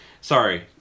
sorry